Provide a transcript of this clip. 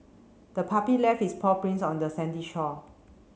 the puppy left its paw prints on the sandy shore